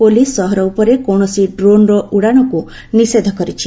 police ସହର ଉପରେ କୌଣସି ଡ୍ରୋନ୍ର ଉଡ଼ାଣକୁ ନିଷେଧ କରିଛି